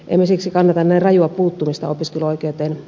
emme siksi kannata näin rajua puuttumista opiskeluoikeuteen